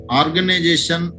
organization